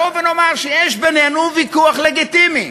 בואו ונאמר שיש בינינו ויכוח לגיטימי,